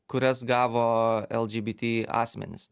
kurias gavo lgbt asmenys